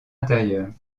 intérieures